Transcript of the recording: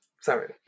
Sorry